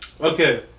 Okay